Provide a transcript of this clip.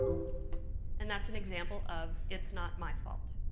and that's an example of it's not my fault.